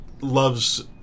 loves